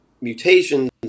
mutations